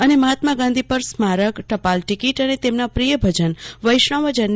અને મહાત્મા ગાંધી પર સ્મારક ટપાલ તે ટીકીટ અને તેમના પ્રિય વૈષ્ણવ જન તો